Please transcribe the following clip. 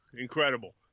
incredible